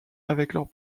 leur